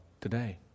today